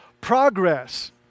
progress